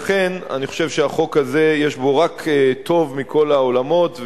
לכן אני חושב שהחוק הזה יש בו רק טוב מכל העולמות,